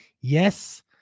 yes